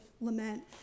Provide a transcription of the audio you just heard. lament